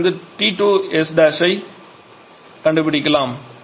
இதிலிருந்து T2s கண்டுபிடிக்கலாம்